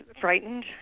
frightened